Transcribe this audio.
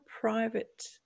private